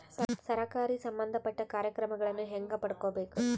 ಸರಕಾರಿ ಸಂಬಂಧಪಟ್ಟ ಕಾರ್ಯಕ್ರಮಗಳನ್ನು ಹೆಂಗ ಪಡ್ಕೊಬೇಕು?